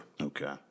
Okay